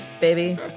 baby